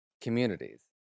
communities